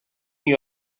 you